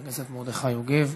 חבר הכנסת מרדכי יוגב,